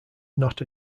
not